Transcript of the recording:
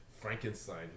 Frankenstein